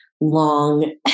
long